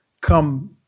come